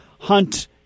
Hunt